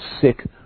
sick